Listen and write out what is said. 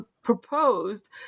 Proposed